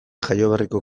jaioberriko